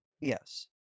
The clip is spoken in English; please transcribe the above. Yes